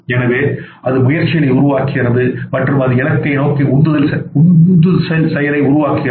எனவே அது முயற்சிகளை உருவாக்குகிறது மற்றும் அது அந்த இலக்கை நோக்கி உந்துதல் செயலை உருவாக்குகிறது